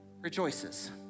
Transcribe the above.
rejoices